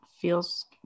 feels